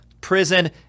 prison